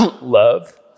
love